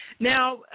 Now